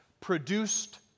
produced